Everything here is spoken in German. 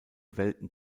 welten